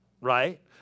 Right